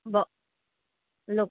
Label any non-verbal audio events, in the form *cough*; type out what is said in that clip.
*unintelligible* লোক